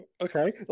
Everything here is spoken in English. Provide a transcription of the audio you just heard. okay